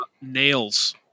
Nails